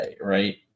right